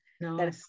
No